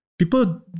People